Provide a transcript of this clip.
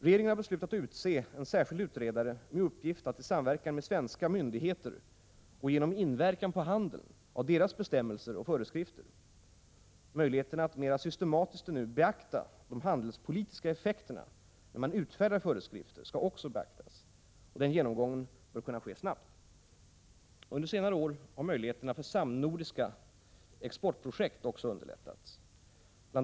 Regeringen har beslutat utse en särskild utredare med uppgift att i samverkan med svenska myndigheter gå igenom inverkan på handeln av deras bestämmelser och föreskrifter. Möjligheterna att mer systematiskt än nu beakta de handelspolitiska effekterna vid utfärdande av föreskrifter skall också beaktas. Genomgången bör kunna ske snabbt. Under senare år har möjligheterna för samnordiska exportprojekt underlättats. Bl.